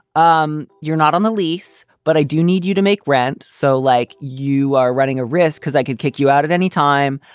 um you're not on the lease, but i do need you to make rent. so like you are running a risk because i could kick you out at anytime,